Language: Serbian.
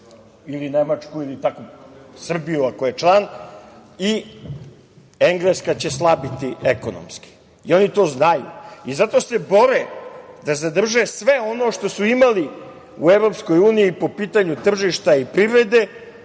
ili Nemačku, Srbiju ako je član, i Engleska će slabiti ekonomski i oni to znaju. Zato se bore da zadrže sve ono što su imali u EU po pitanju tržišta i privrede